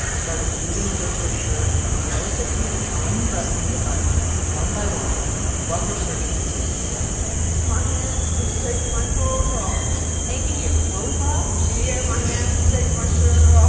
started moving towards her shirt and delicately unbuttoning the buttons one by one while her surgeon was standing right there my hand was taking my clothes off taking your clothes off? yeah. my hand was taking my shirt off